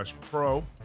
pro